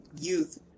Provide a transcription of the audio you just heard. youth